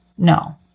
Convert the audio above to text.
No